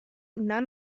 none